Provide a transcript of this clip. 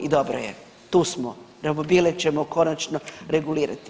I dobro je tu smo, romobile ćemo konačno regulirati.